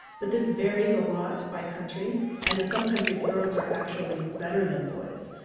but this varies a lot by country. and in some countries, girls are actually better than boys.